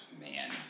Man